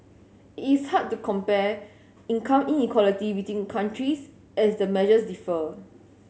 it is hard to compare income inequality between countries as the measures differ